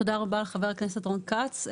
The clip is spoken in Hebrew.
תודה רבה, חבר הכנסת רון כץ.